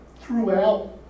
throughout